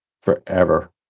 forever